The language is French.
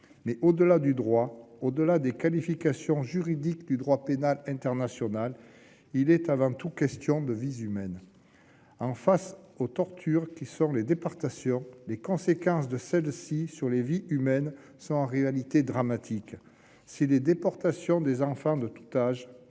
Au-delà du droit, au-delà des qualifications juridiques du droit pénal international, il est avant tout question de vies humaines. Face aux tortures que sont les déportations, les conséquences de celles-ci sur les vies humaines sont en réalité dramatiques. Si les déportations des enfants de tout âge